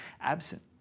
absent